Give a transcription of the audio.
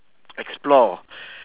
explore